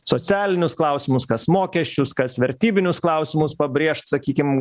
socialinius klausimus kas mokesčius kas vertybinius klausimus pabrėžt sakykim